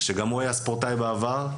שגם הוא היה ספורטאי בעבר.